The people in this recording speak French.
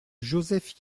joseph